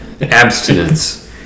Abstinence